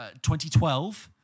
2012